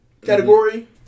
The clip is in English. category